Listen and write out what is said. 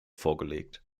vorgelegt